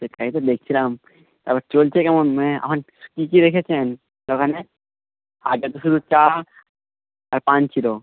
সেটাই তো দেখছিলাম তারপর চলছে কেমন এখন কী কী রেখেছেন দোকানে আগে তো শুধু চা আর পান ছিলো